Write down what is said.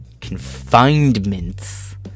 confinements